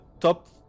top